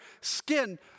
skin